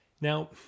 Now